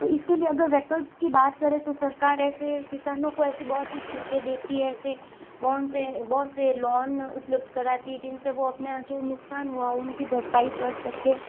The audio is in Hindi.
तो इसके लिए अगर विकल्प की बात करे तो सरकार ऐसे किसानों को ऐसी बहुत सी छूटें देती है ऐसे बांड्स है बहुत से लोन उपलब्ध कराती है जिनसे वह अपने जो नुकसान हुआ उनकी भरपाई कर सके